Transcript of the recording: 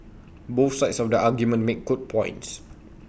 both sides of the argument make good points